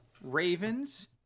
Ravens